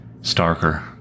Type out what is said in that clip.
starker